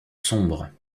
sombres